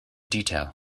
detail